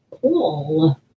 Cool